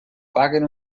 paguen